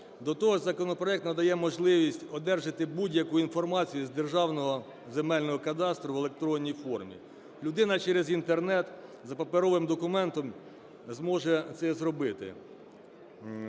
До того ж законопроект надає можливість одержати будь-яку інформацію з Державного земельного кадастру в електронній формі. Людина через Інтернет за паперовим документом зможе це зробити.